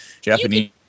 Japanese